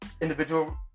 individual